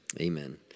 Amen